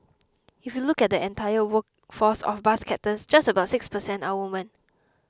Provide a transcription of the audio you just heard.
if you look at the entire workforce of bus captains just about six per cent are woman